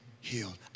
healed